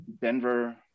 Denver